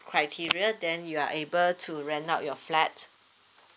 criteria then you are able to rent out your flat